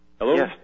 Hello